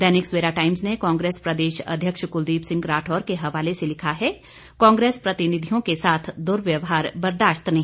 दैनिक Savera Times ने कांग्रेस प्रदेश अध्यक्ष कुलदीप सिंह राठौर के हवाले से लिखा है कांग्रेस प्रतिनिधियों के साथ दुर्व्यवहार बर्दाश्त नहीं